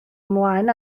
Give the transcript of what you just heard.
ymlaen